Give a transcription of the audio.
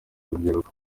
rubyiruko